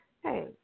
hey